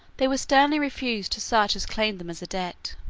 they were sternly refused to such as claimed them as a debt.